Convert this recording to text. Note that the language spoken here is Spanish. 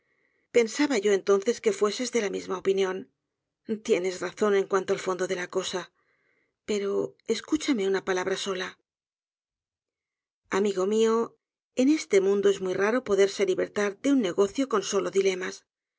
pensaba yo entonces que fueses de la misma opinión tienes razón en cuanto al fondo de la cosa pero escúchame una palabra sola amigo mió en este mundo es muy raro poderse libertar de un negocio con solo dilemas